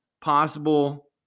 possible